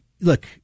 look